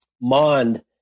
Mond